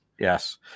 Yes